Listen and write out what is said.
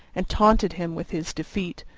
and taunted him with his defeat.